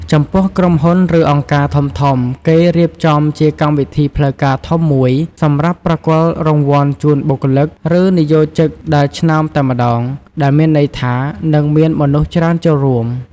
ចំំពោះក្រុមហ៊ុន ឬ អង្គការធំៗ គេរៀបចំជាកម្មវិធីផ្លូវការធំមួយសម្រាប់ប្រគល់រង្វាន់ជូនបុគ្គលិក ឬ និយោកជិកដែលឆ្នើមតែម្ដង ដែលមានន័យថានឹងមានមនុស្សច្រើនចូលរួម។